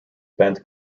bent